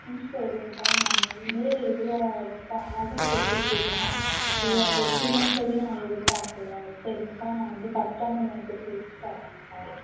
ம் சரிங்கக்கா நாங்கள் வந்து இவ்வளோ ரொம்ப அழகா தச்சுருக்கீங்க இவ்வளோ தப்பீங்கன்னு சொல்லி நான் எதிர்பார்க்கல சரிங்கக்கா நான் வந்து கஸ்டமர் உங்களுக்கு பிடிச்சி தரேங்கக்கா